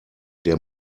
der